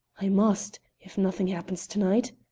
i must if nothing happens to-night.